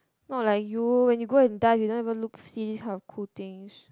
not like you when you go and dive you don't even look see this kind of cool things